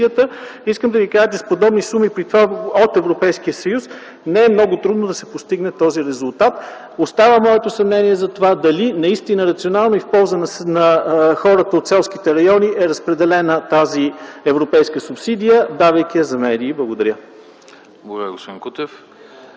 Искам да Ви кажа, че с подобни суми при това от Европейския съюз, не е много трудно да се постигне този резултат. Остава моето съмнение за това дали наистина в национална полза на хората от селските райони е разпределена тази европейска субсидия, давайки я за медии. Благодаря.